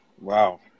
Wow